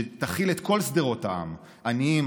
שתכיל את כל שדרות העם: עניים,